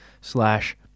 slash